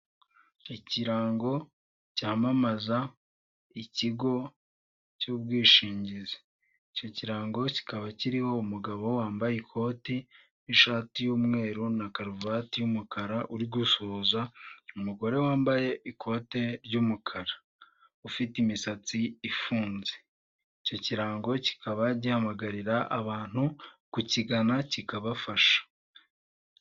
Ikirango cyamamaza ikigo cy'ubwishingizi. Icyo kirango kikaba kiriho umugabo wambaye ikoti n'ishati y'umweru na karuvati y'umukara, uri gusohuza umugore wambaye ikote ry'umukara ufite imisatsi ifunze, icyo kirango kikaba gihamagarira abantu kukigana kikabafasha.